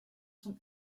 zum